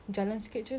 what's the point